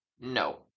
No